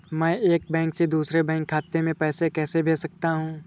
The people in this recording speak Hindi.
मैं एक बैंक से दूसरे बैंक खाते में पैसे कैसे भेज सकता हूँ?